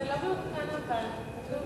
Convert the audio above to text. זה לא מעודכן, אבל.